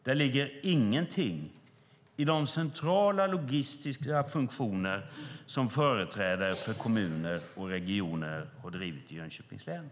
Det ligger ingenting i de centrala logistiska funktioner som företrädare för kommuner och regioner har drivit i Jönköpings län.